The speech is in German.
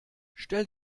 stell